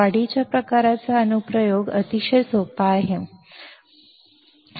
वाढीच्या प्रकारात अनुप्रयोग अतिशय सोपा आहे चॅनेल नाही